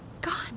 gone